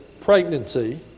pregnancy